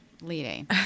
leading